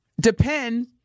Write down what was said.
Depend